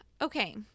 Okay